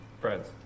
friends